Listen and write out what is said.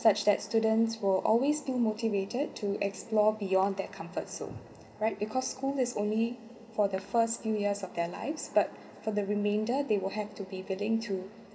such that students will always still motivated to explore beyond their comfort zone right because school is only for the first few years of their lives but for the remainder they will have to be willing to